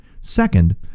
Second